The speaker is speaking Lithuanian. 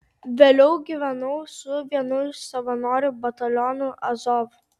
vėliau gyvenau su vienu iš savanorių batalionų azov